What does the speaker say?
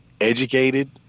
educated